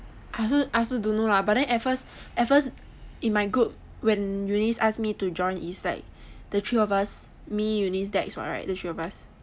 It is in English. I also I also don't know lah but then at first in my group when eunice ask me to join is like the three of us me eunice dex [what] right the three of us